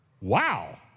Wow